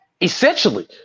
essentially